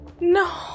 No